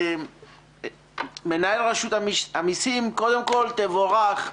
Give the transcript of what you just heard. מנהל רשות המיסים, קודם כול, תבורך.